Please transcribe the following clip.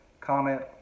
Comment